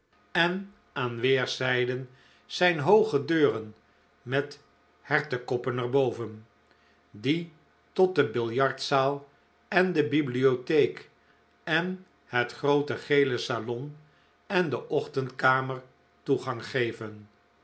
en aan weerszijden zijn hooge deuren met hertekoppen er boven die tot de biijartzaal en de bibliotheek en het groote gele salon en de ochtendkamer toegang geven